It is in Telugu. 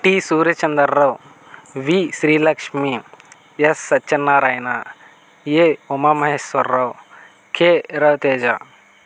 T Surya Chandrarao V Srilakshmi S Satyanarayana A Umamaheswararao K Raviteja